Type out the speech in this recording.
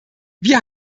wir